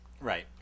Right